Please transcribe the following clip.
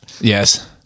Yes